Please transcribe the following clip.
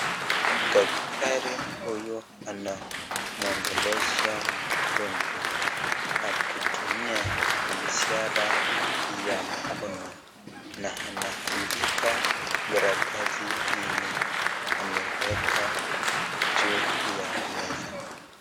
Daktari huyu anamwongelesha mgonjwa akitumia ishara ya mkono na anaandika karatasi yenye ameweka juu ya meza.